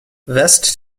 vest